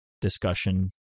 discussion